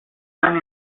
han